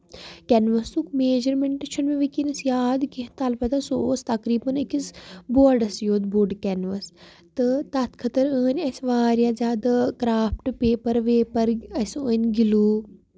کیٚنوَسُک measurement چھُ نہٕ مےٚ وُنکیٚنس یاد کیٚنٛہہ تہٕ اَلبتہ سُہ اوس تقریٖیاً أکِس بوڑس یوت بوٚڑ کیٚنوس تہٕ تَتھ خٲطرٕ أنۍ اَسہِ واریاہ زیادٕ کرافٹ پیپر ویپر اَسہِ أنۍ گِلیٚو